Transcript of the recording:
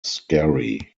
scary